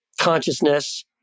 consciousness